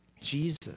Jesus